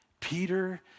Peter